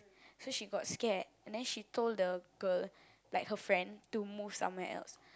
so she got scared and then she told the girl like her friend to move somewhere else